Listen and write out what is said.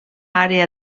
àrea